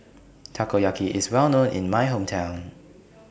Takoyaki IS Well known in My Hometown